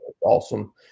Awesome